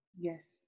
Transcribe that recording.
Yes